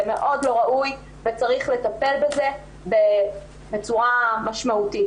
זה מאוד לא ראוי וצריך לטפל בזה בצורה משמעותית.